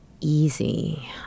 easy